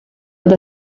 with